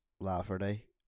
Lafferty